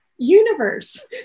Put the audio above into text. universe